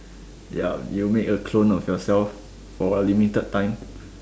ya you make a clone of yourself for a limited time